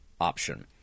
option